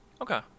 okay